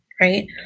right